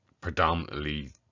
predominantly